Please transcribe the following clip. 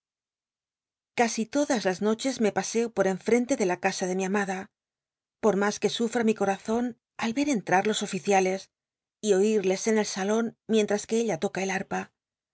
casi todas las noches me paseo por enftente do la casa de mi amada por mas que sufm mi coi'azon al ver entnr los oficiales y oil'les en el salon mienllas que ella toca el npa